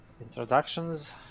Introductions